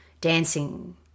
dancing